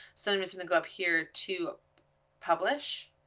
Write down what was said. so i'm just gonna go up here to publish.